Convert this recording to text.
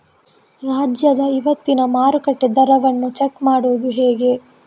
ರಾಜ್ಯದ ಇವತ್ತಿನ ಮಾರುಕಟ್ಟೆ ದರವನ್ನ ಚೆಕ್ ಮಾಡುವುದು ಹೇಗೆ?